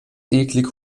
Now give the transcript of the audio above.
eklig